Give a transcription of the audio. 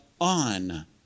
on